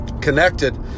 connected